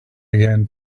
again